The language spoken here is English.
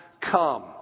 come